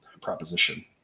proposition